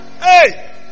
Hey